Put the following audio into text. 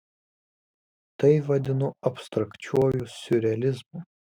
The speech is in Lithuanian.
tai vadinu abstrakčiuoju siurrealizmu